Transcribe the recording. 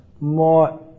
more